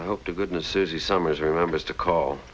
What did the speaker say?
i hope to goodness is the summers remembers to call